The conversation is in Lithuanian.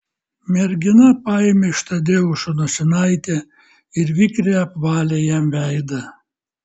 mergina paėmė iš tadeušo nosinaitę ir vikriai apvalė jam veidą